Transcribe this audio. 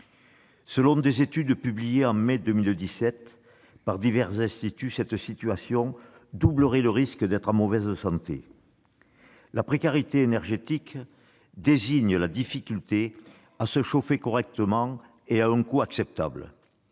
Selon des études publiées en mai 2017 par divers instituts, cette situation doublerait le risque d'être en mauvaise santé. La précarité énergétique désigne la difficulté à se chauffer correctement et à un coût acceptable.